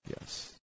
Yes